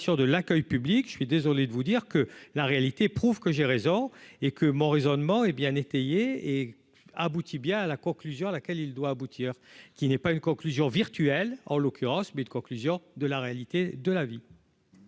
de l'accueil public, je suis désolé de vous dire que la réalité prouve que j'ai raison et que mon raisonnement et bien et abouti bien à la conclusion à laquelle il doit aboutir, qui n'est pas une conclusion virtuel en l'occurrence mais conclusion de la réalité de la vie.